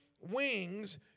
wings